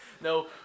No